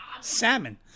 Salmon